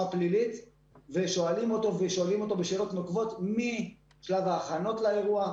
פלילית ושואלים אותו שאלות נוקבות משלב ההכנות לאירוע,